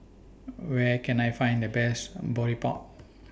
Where Can I Find The Best A Boribap